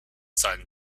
sun